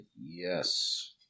yes